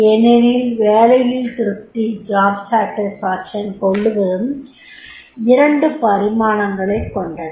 ஏனெனில் வேலையில் திருப்தி கொள்வதும் இரண்டு பரிமாணங்களைக் கொண்டது